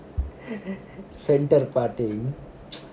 centre parting